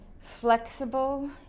flexible